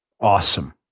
Awesome